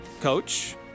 coach